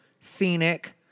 scenic